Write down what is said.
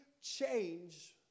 change